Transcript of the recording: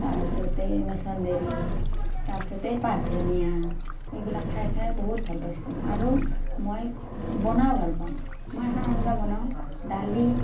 তাৰ পিছতে মছন্দৰী তাৰ পিছতে এই পাত ধনীয়া এইবিলাক খাই খাই বহুত ভাল পাইছিলোঁ আৰু মই বনাওঁ ভাল পাওঁ